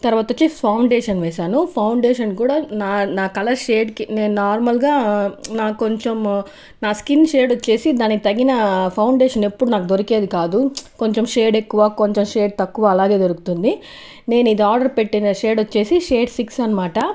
తర్వాత వచ్చేసి ఫౌండేషన్ వేశాను ఫౌండేషన్ కూడా నా నా కలర్ షేడ్కి నేను నార్మల్గా నాకు కొంచెం నా స్కిన్ షేడ్ వచ్చేసి దానికి తగిన ఫౌండేషన్ ఎప్పుడు నాకు దొరికేది కాదు కొంచెం షేడ్ ఎక్కువ కొంచెం షేడ్ తక్కువ అలాగే దొరుకుతుంది నేను ఇది ఆర్డర్ పెట్టిన షేడ్ వచ్చేసి షేడ్ సిక్స్ అనమాట